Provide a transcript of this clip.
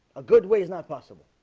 a good ways not possible